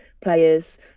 players